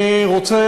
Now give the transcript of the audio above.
בנושא: